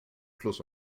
plus